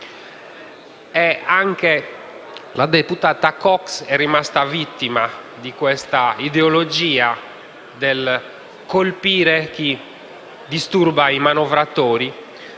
Anche la deputata Cox è rimasta vittima dell'ideologia del colpire chi disturba i manovratori